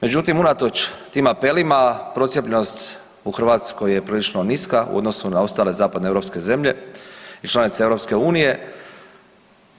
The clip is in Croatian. Međutim unatoč tim apelima, procijepljenost u Hrvatskoj je prilično niska u odnosu na ostale zapadnoeuropske zemlje i članice EU-a.